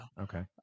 Okay